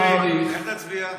מעריך, איך תצביע?